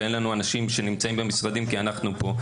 ואין לנו אנשים שנמצאים במשרדים כי אנחנו פה.